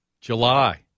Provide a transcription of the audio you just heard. July